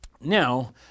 Now